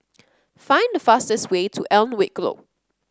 find the fastest way to Alnwick Road